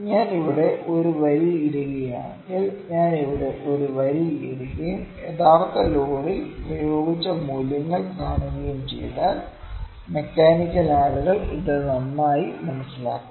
ഞാൻ ഇവിടെ ഒരു വരി ഇടുകയാണെങ്കിൽ ഞാൻ ഇവിടെ ഒരു വരി ഇടുകയും യഥാർത്ഥ ലോഡിൽ പ്രയോഗിച്ച മൂല്യങ്ങൾ കാണുകയും ചെയ്താൽ മെക്കാനിക്കൽ ആളുകൾ ഇത് നന്നായി മനസ്സിലാക്കും